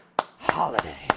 holiday